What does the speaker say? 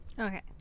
Okay